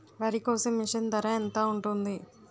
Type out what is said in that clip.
వరి కోసే మిషన్ ధర ఎంత ఉంటుంది?